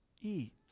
eat